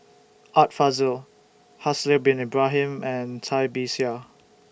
Art Fazil Haslir Bin Ibrahim and Cai Bixia